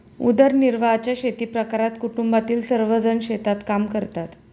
उदरनिर्वाहाच्या शेतीप्रकारात कुटुंबातील सर्वजण शेतात काम करतात